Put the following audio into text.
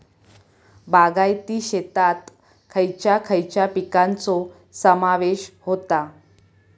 बागायती शेतात खयच्या खयच्या पिकांचो समावेश होता?